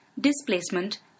Displacement